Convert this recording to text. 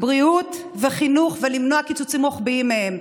בריאות וחינוך ולמנוע קיצוצים רוחביים בהם.